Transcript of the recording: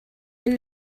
and